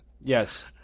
Yes